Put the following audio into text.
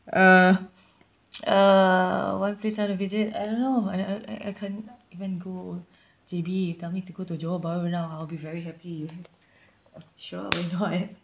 uh uh one place I want to visit I don't know I I I I can't even go J_B tell me to go to johor bahru now I'll be very happy sure why not